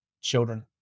children